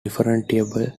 differentiate